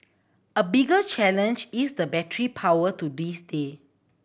a bigger challenge is the battery power to this day